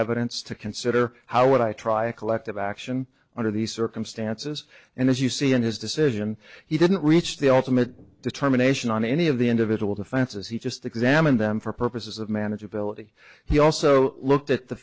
evidence to consider how would i try a collective action under the circumstances and as you see in his decision he didn't reach the ultimate determination on any of the individual defenses he just examined them for purposes of manageability he also looked at the